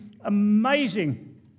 amazing